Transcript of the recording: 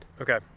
Okay